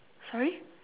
sorry